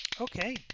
Okay